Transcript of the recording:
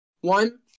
one